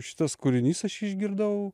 šitas kūrinys aš jį išgirdau